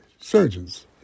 surgeons